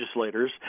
legislators